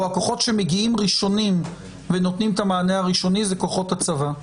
או הכוחות שמגיעים ראשונים ונותנים את המענה הראשוני זה כוחות הצבא.